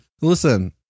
Listen